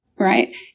Right